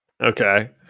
Okay